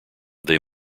they